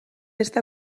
està